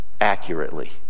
accurately